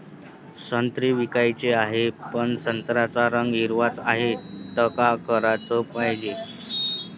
संत्रे विकाचे हाये, पन संत्र्याचा रंग हिरवाच हाये, त का कराच पायजे?